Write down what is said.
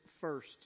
first